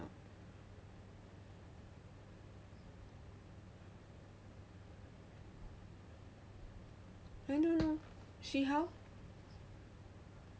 I don't know see how